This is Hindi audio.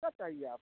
कब चाहिए आपको